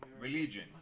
religion